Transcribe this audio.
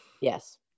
Yes